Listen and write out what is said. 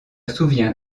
souviens